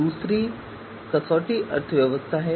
फिर दूसरी कसौटी अर्थव्यवस्था है